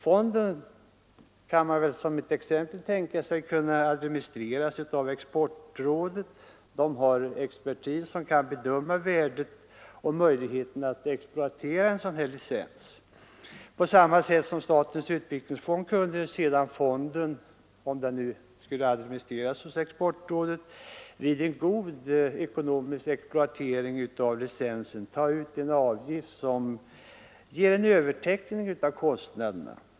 Fonden kan exempelvis administreras av Exportrådet som har förutsättningar att bedöma värdet av sådana licenser och möjligheterna att exploatera dem. På samma sätt som inom t.ex. statens utvecklingsfond kunde sedan denna fond, administrerad av Exportrådet, vid en god ekonomisk exploatering av licensen ta ut en avgift som ger en täckning av kostnaderna.